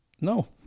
No